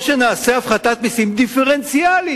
או שנעשה הפחתת מסים דיפרנציאלית.